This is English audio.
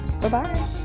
bye-bye